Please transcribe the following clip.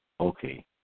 Okay